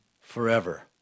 forever